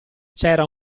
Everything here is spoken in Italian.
c’era